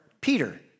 Peter